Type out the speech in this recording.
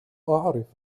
أعرف